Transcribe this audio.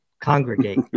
congregate